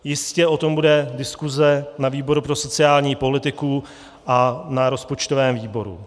Jistě o tom bude diskuze na výboru pro sociální politiku a na rozpočtovém výboru.